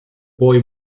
boy